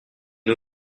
une